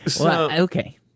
Okay